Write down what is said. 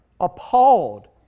appalled